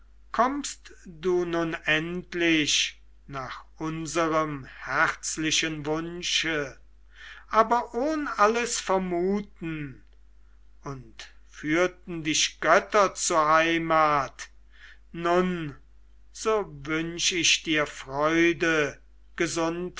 kommst du nun endlich nach unserem herzlichen wunsche aber ohn alles vermuten und führten dich götter zur heimat nun so wünsch ich dir